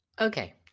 Okay